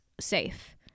safe